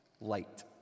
light